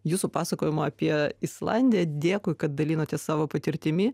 jūsų pasakojimo apie islandiją dėkui kad dalinotės savo patirtimi